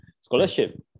scholarship